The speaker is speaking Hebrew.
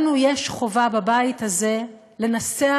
לנו יש חובה בבית הזה לנסח,